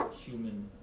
human